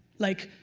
like,